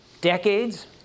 decades